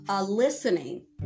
Listening